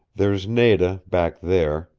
there's nada back there,